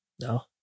No